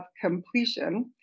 completion